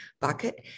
bucket